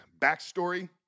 backstory